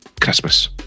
Christmas